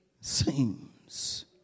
seems